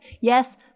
yes